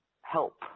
help